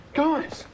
guys